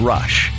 Rush